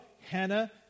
Hannah